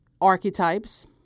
archetypes